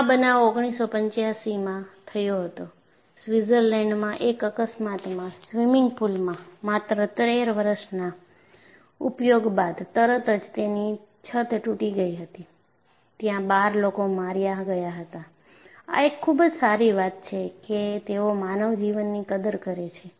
આ બનાવ 1985માં થયો હતો સ્વિટ્ઝર્લેન્ડમાં એક અકસ્માતમાં સ્વિમિંગ પૂલમાં માત્ર 13 વર્ષના ઉપયોગ બાદ તરત જ તેની છત તૂટી ગઈ હતી ત્યાં 12 લોકો માર્યા ગયા હતાં આ એક ખૂબ જ સારી વાત છેકે તેઓ માનવ જીવનની કદર કરે છે